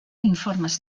informes